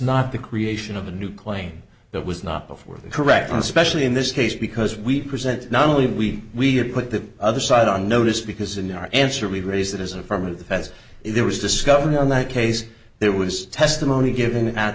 not the creation of a new claim that was not before the correct one specially in this case because we present not only did we put the other side on notice because in our answer we raise that as affirmative as there was discovered in that case there was testimony given at